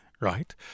right